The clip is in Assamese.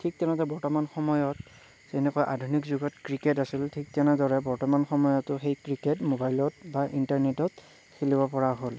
ঠিক তেনেদৰে বৰ্তমান সময়ত যেনেকুৱা আধুনিক যুগত ক্ৰিকেট আছিল ঠিক তেনেদৰে বৰ্তমান সময়তো সেই ক্ৰিকেট মোবাইলত বা ইণ্টাৰনেটত খেলিব পৰা হ'ল